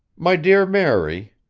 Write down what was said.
my dear mary,